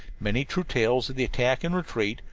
many true tales of the attack and retreat,